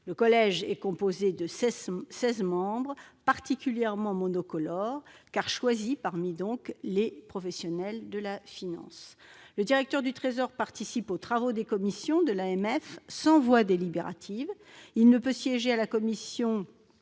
Le collège est composé de seize membres qui sont particulièrement monocolores, car ils sont choisis parmi les professionnels de la finance. Le directeur du Trésor participe aux travaux des commissions de l'AMF, sans voix délibérative, et il ne peut siéger à la commission